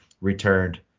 returned